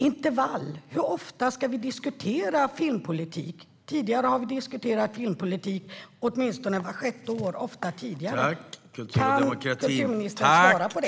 Med vilken intervall ska vi diskutera filmpolitik? Tidigare har vi diskuterat filmpolitik åtminstone vart sjätte år och ofta med kortare mellanrum. Kan kultur och demokratiministern svara på det?